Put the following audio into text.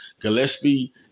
Gillespie